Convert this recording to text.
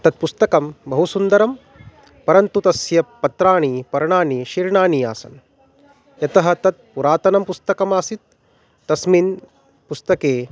तत् पुस्तकं बहु सुन्दरं परन्तु तस्य पत्राणि पर्णानि शीर्णानि आसन् यतः तत् पुरातनं पुस्तकमासीत् तस्मिन् पुस्तके